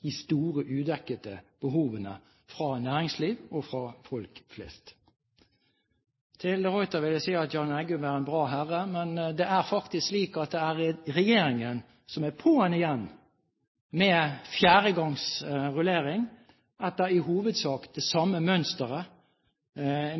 de store udekkede behovene fra næringsliv og fra folk flest. Til de Ruiter vil jeg si at Jan Eggum er en bra herre, men det er faktisk slik at det er regjeringen som er på’an igjen med fjerdegangs rullering etter i hovedsak det samme mønster,